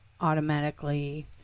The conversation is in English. automatically